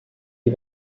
sie